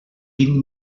vint